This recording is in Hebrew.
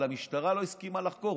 אבל המשטרה לא הסכימה לחקור.